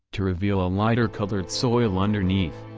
to reveal a lighter colored soil underneath.